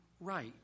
right